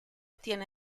tiene